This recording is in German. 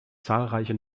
zahlreiche